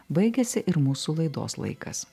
baigėsi ir mūsų laidos laikas